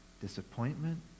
disappointment